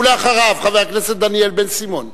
ואחריו, חבר הכנסת דניאל בן-סימון.